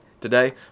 today